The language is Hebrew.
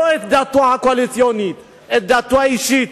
לא את דעתו הקואליציונית, את דעתו האישית,